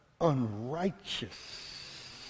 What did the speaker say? unrighteous